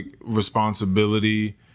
responsibility